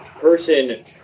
person